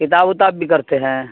کتاب وتاب بھی کرتے ہیں